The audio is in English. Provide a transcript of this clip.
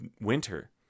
winter